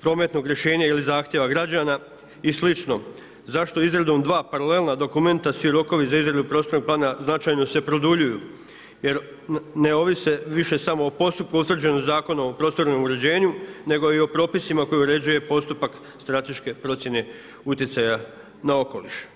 prometnog rješenja ili zahtjeva grada i slično, zašto izradom dva paralelna dokumenta svi rokovi za izradu prostornog plana značajno se produljuju jer ne ovise više samo o postupku utvrđenom Zakonom o prostornom uređenju nego i propisima koji uređuje postupak strateške procjene utjecaja na okoliš.